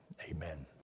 Amen